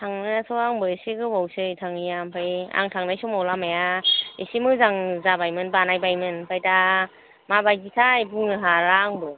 थांनो थ' आंबो इसे गोबावसै थांयैया ओमफाय आं थांनाय समाव लामाया इसे मोजां जाबाय मोन बानाय बाय मोन ओमफाय दा माबायदि थाय बुंनो हाला आंबो